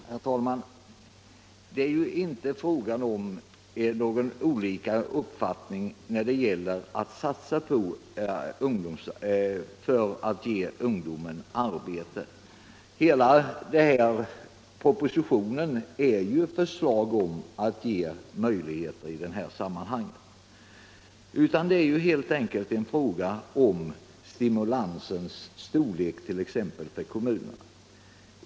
Herr talman! Det är inte fråga om olika uppfattningar när det gäller att ge ungdomen arbete. Hela propositionen är ju förslag till att ge sådana möjligheter. Det är helt enkelt en fråga om stimulansens storlek för kommunerna.